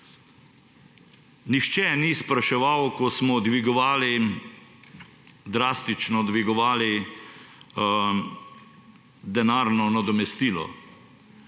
Nihče ni spraševal, ko smo drastično dvigovali denarno nadomestilo,